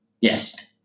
Yes